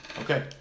Okay